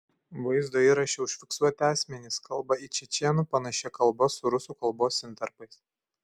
vaizdo įraše užfiksuoti asmenys kalba į čečėnų panašia kalba su rusų kalbos intarpais